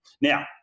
Now